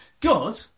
God